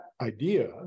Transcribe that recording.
idea